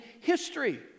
history